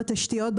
בתשתיות,